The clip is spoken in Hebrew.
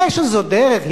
יש איזה דרך,